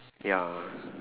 ya